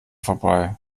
vorbei